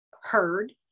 heard